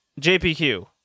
JPQ